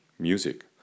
music